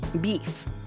beef